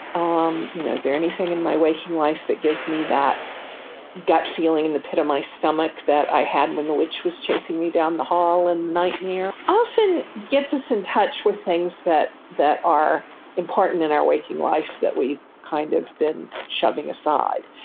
um you know is there anything in my waking life that gives me that gut feeling in the pit of my stomach that i had when the witch was chasing me down the hall and nightmare often gets us in touch with things that that are important in our waking life that we've kind of been shoving aside.